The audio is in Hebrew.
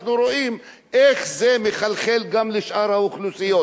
אנחנו רואים איך זה מחלחל גם לשאר האוכלוסיות.